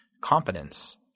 competence